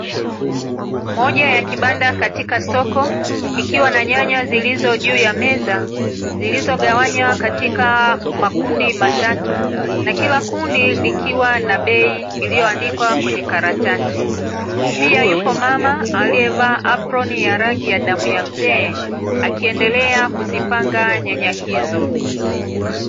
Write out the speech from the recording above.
Moja ya kibanda katika soko, kikiwa na nyaya zilizo juu ya meza, zilizogawanywa katika makundi matatu, na kila kundi likiwa na bei iliyoandikwa kwenye karatasi. Pia yupo mama aliyevaa aproni ya rangi ya damu ya mzee, akiendelea kuzipanga nyanya hizo.